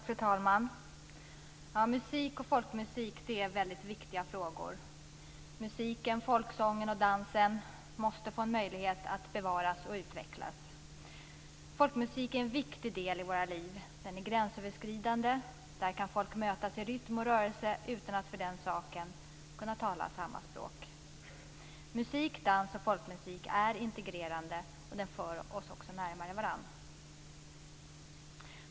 Fru talman! Musik och folkmusik är väldigt viktiga frågor. Musiken, folksången och dansen måste få möjligheter att bevaras och utvecklas. Folkmusik är en viktig del i våra liv. Den är gränsöverskridande, där kan folk mötas i rytm och rörelse utan att för den saken kunna tala samma språk. Musik, dans och folkmusik är integrerande och för oss närmare varandra.